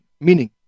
Meaning